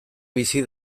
bizi